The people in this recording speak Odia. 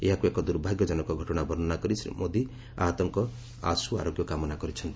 ଏହାକୁ ଏକ ଦୁର୍ଭାଗ୍ୟଜନକ ଘଟଣା ବର୍ଷ୍ଣନା କରି ଶ୍ରୀ ମୋଦି ଆହତଙ୍କ ଆଶୁ ଆରୋଗ୍ୟ କାମନା କରିଛନ୍ତି